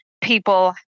people